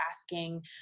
asking